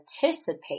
participate